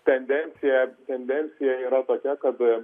tendencija tendencija yra tokia kad